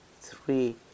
three